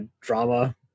drama